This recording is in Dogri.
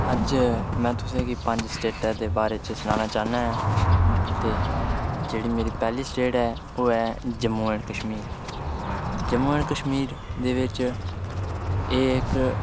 अज्ज में तुसें गी पंज स्टेटे दे बारे च सनाना चाह्न्नां ऐ ते जेह्ड़ी मेरी पैह्ली स्टेट ऐ ते ओह् ऐ जम्मू एंड कश्मीर जम्मू एंड कश्मीर जेह्दे च इक